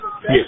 Yes